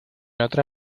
otra